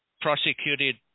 prosecuted